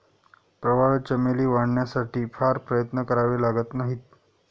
प्रवाळ चमेली वाढवण्यासाठी फार प्रयत्न करावे लागत नाहीत